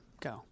Go